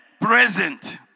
present